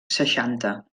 seixanta